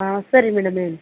ಹಾಂ ಸರಿ ಮೇಡಮ್ ಹೇಳಿ